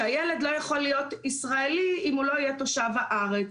שהילד לא יכול להיות ישראלי אם הוא לא יהיה תושב הארץ.